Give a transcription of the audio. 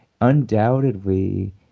undoubtedly